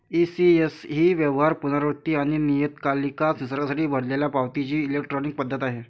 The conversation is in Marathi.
ई.सी.एस ही व्यवहार, पुनरावृत्ती आणि नियतकालिक निसर्गासाठी भरलेल्या पावतीची इलेक्ट्रॉनिक पद्धत आहे